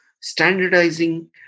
standardizing